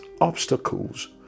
obstacles